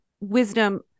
wisdom